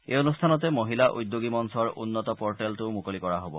এই অনুষ্ঠানতে মহিলা উদ্যোগী মঞ্চৰ উন্নত পৰ্টেলটোও মুকলি কৰা হ'ব